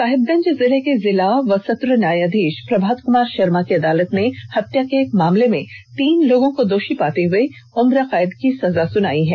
साहिबगंज के जिला एवं सत्र न्यायाधीश प्रभात कुमार शर्मा की अदालत ने हत्या के एक मामले में तीन लोगों को दोषी पाते हुए उम्र कैद की सजा सुनाई है